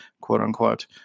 quote-unquote